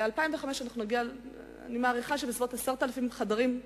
אני מעריכה שיש חסר של בסביבות 10,000 חדרים.